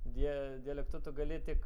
die dialektu tu gali tik